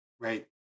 right